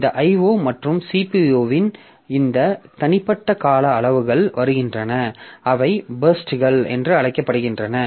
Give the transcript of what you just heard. இந்த IO மற்றும் CPU இன் இந்த தனிப்பட்ட கால அளவுகள் வருகின்றன அவை பர்ஸ்ட்கள் என்று அழைக்கப்படுகின்றன